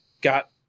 got